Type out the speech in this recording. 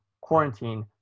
quarantine